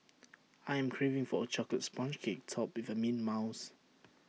I am craving for A Chocolate Sponge Cake Topped with Mint Mousse